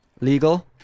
legal